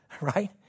right